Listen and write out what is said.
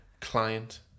client